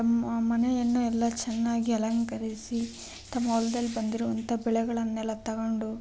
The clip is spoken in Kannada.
ತಮ್ಮ ಮನೆಯನ್ನು ಎಲ್ಲ ಚೆನ್ನಾಗಿ ಅಲಂಕರಿಸಿ ತಮ್ಮ ಹೊಲದಲ್ಲಿ ಬಂದಿರೋಂಥ ಬೆಳೆಗಳನ್ನೆಲ್ಲಾ ತಗೊಂಡು